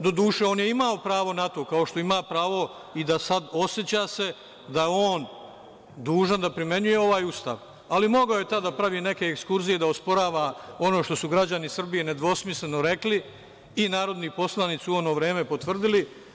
Doduše, on je imao pravo na to, kao što ima pravo i da sad, oseća se da on dužan da primenjuje ovaj Ustav, ali mogao je tada da pravi neke ekskurzije, da osporava ono što su građani Srbije nedvosmisleno rekli i narodni poslanici u ono vreme potvrdili.